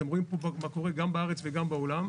אתם רואים מה קורה גם בארץ וגם בעולם,